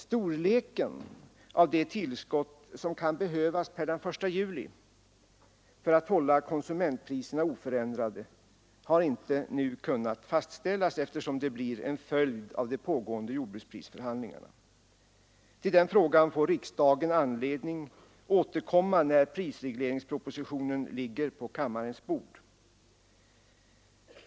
Storleken av det tillskott som kan behövas per den 1 juli för att hålla konsumentpriserna oförändrade har inte nu kunnat fastställas, eftersom de blir en följd av de pågående jordbruksprisförhandlingarna. Till den frågan får riksdagen anledning återkomma när prisregleringspropositionen ligger på kammarens bord.